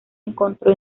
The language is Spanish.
encontró